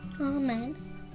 Amen